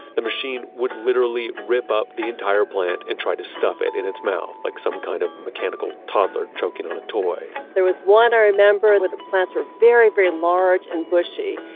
the machine would literally rip up the entire plant, and try to stuff it in its mouth, like some kind of mechanical toddler choking on a toy there was one, i remember, where the plants were very, very large and bushy,